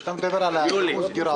אתה מדבר על הגרעון.